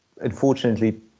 unfortunately